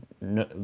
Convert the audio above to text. No